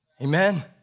Amen